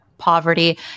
poverty